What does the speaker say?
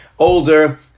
Older